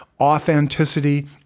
authenticity